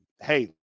hey